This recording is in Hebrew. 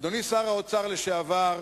אדוני שר האוצר לשעבר,